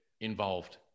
involved